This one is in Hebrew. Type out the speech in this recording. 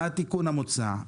מה התיקון המוצע,